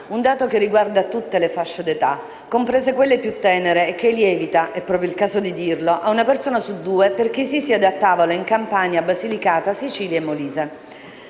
un dato che riguarda tutte le fasce d'età, comprese quelle più tenere e che lievita, è proprio il caso di dirlo, ad una persona su due per chi si siede a tavola in Campania, Basilicata, Sicilia e Molise.